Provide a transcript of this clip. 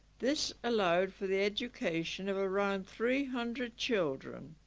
this allowed for the education of around three hundred children